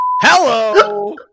hello